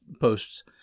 posts